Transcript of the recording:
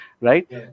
Right